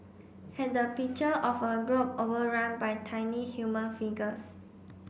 had the picture of a globe overrun by tiny human figures